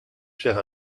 cher